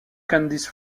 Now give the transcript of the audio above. candice